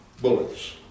bullets